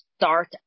Start